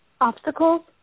obstacles